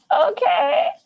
Okay